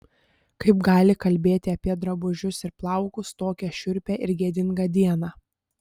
kaip gali kalbėti apie drabužius ir plaukus tokią šiurpią ir gėdingą dieną